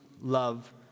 love